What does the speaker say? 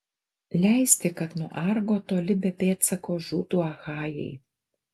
leisti kad nuo argo toli be pėdsako žūtų achajai